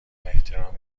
احترام